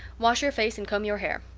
wash your face and comb your hair.